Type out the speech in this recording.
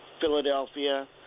Philadelphia